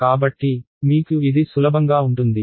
కాబట్టి మీకు ఇది సులభంగా ఉంటుంది